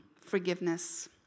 Forgiveness